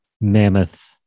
Mammoth